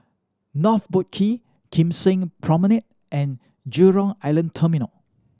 North Boat Quay Kim Seng Promenade and Jurong Island Terminal